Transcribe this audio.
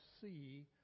see